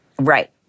Right